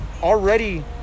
already